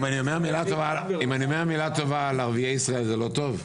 אם אני אומר מילה טובה על ערביי ישראל זה לא טוב?